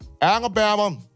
Alabama